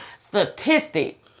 statistic